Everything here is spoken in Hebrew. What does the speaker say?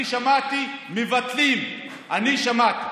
אני שמעתי: "מבטלים", אני שמעתי